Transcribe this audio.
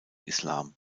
islam